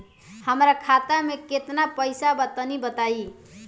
हमरा खाता मे केतना पईसा बा तनि बताईं?